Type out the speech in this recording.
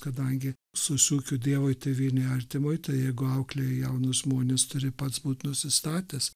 kadangi su dievui tėvynei artimui ta jėga auklėjo jaunus žmones turi pats būti nusistatęs